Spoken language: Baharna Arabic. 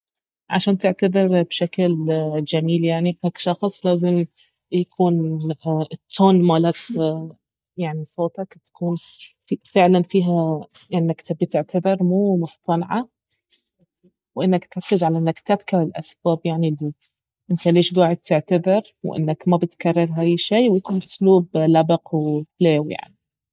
عشان تعتذر بشكل جميل يعني حق شخص لازم يكون التون مالت يعني صوتك تكون فعلا فيها انك تبي تعتذر مو مصطنعة وانك تركز على انك تذكر الاسباب يعني الي انت ليش قاعد تعتذر وانك ما بتكرر هاي الشيء ويكون أسلوب لبق وحليو يعني